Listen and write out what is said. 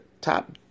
top